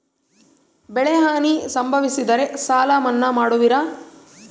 ಬೆಳೆಹಾನಿ ಸಂಭವಿಸಿದರೆ ಸಾಲ ಮನ್ನಾ ಮಾಡುವಿರ?